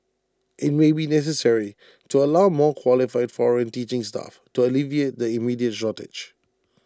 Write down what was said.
IT may be necessary to allow more qualified foreign teaching staff to alleviate the immediate shortage